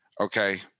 Okay